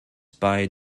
bei